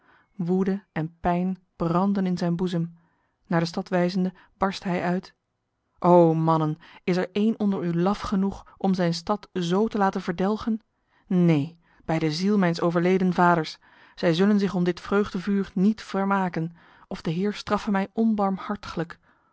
woede en pijn brandden in zijn boezem naar de stad wijzende barstte hij uit o mannen is er een onder u laf genoeg om zijn stad zo te laten verdelgen neen bij de ziel mijns overleden vaders zij zullen zich om dit vreugdevuur niet vermaken of de heer straffe mij